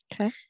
Okay